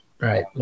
Right